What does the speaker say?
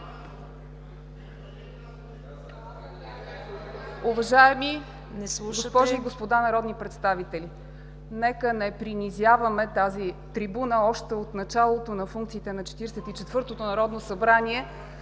Уважаеми госпожи и господа народни представители! Нека не принизяваме тази трибуна още от началото на функциите на Четиридесет